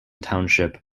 township